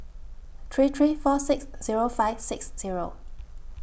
three three four six Zero five six Zero